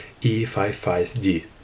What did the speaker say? E55D